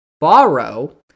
borrow